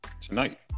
Tonight